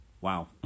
wow